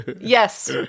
Yes